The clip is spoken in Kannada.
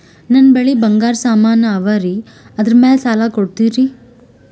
ನನ್ನ ಬಳಿ ಬಂಗಾರ ಸಾಮಾನ ಅವರಿ ಅದರ ಮ್ಯಾಲ ಸಾಲ ಕೊಡ್ತೀರಿ?